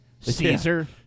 Caesar